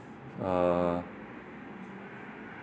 uh